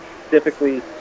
specifically